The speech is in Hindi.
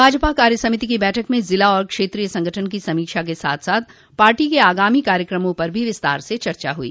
भाजपा कार्यसमिति की बैठक में ज़िला व क्षेत्रीय संगठन की समीक्षा के साथ साथ पार्टी के आगामी कार्यक्रमों पर भी विस्तार से चर्चा हुई